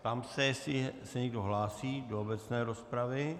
Ptám se, jestli se někdo hlásí do obecné rozpravy.